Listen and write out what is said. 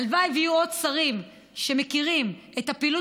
הלוואי שיהיו עוד שרים שמכירים את הפעילות